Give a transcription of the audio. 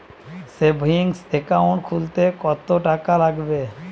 Savings account খুলতে কতটাকা লাগবে?